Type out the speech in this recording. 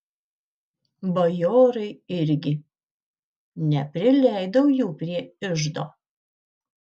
bajorai irgi neprileidau jų prie iždo